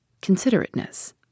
considerateness